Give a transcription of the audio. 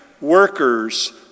workers